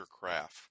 craft